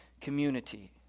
community